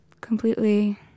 completely